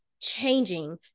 changing